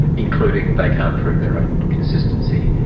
including they can't prove their own consistency.